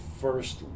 first